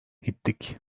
gittik